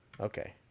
Okay